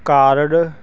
card